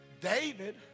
David